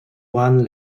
one